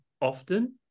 often